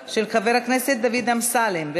של חבר הכנסת דוד אמסלם, קריאה ראשונה.